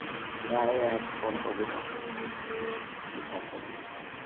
ꯌꯥꯏꯌꯦ ꯌꯥꯏꯌꯦ ꯐꯣꯟ ꯇꯧꯕꯤꯔꯛꯑꯣ ꯑꯩ ꯊꯝꯖꯔꯝꯃꯒꯦ